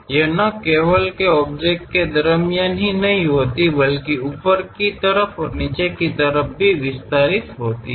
ಇವು ಕೇವಲ ವಸ್ತುವಿನ ಮೇಲೆ ನಿಲ್ಲುವುದಿಲ್ಲ ಆದರೆ ಮೇಲಿನ ಭಾಗ ಮತ್ತು ಕೆಳಭಾಗದಲ್ಲಿ ವಿಸ್ತರಿಸುತ್ತವೆ